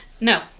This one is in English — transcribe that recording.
No